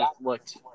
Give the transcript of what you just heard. looked